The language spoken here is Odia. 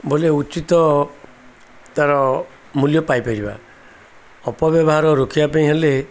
ବୋଲେ ଉଚିତ ତା'ର ମୂଲ୍ୟ ପାଇପାରିବା ଅପବ୍ୟବହାର ରୋକିବା ପାଇଁ ହେଲେ